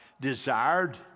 desired